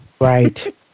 Right